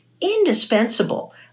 indispensable